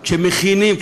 כשמכינים,